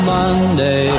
Monday